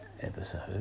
episode